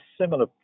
similar